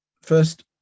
first